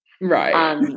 Right